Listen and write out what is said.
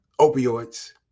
opioids